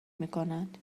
میکنند